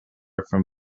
from